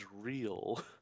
real